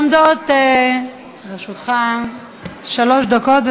עומדות לרשותך שלוש דקות.